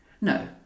No